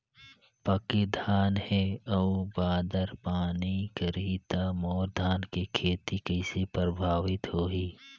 पके धान हे अउ बादर पानी करही त मोर धान के खेती कइसे प्रभावित होही?